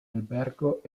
albergo